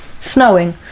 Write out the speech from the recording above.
snowing